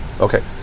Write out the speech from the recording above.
Okay